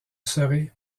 serai